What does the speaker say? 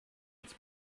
its